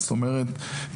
זאת אומרת,